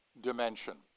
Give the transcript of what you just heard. dimension